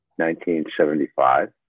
1975